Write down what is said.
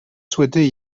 souhaitée